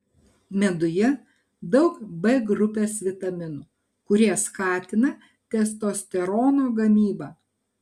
meduje daug b grupės vitaminų kurie skatina testosterono gamybą